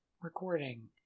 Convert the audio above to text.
recording